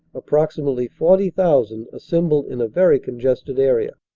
approxi mately forty thousand, assembled in a very congested area.